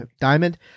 Diamond